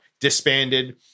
disbanded